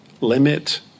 limit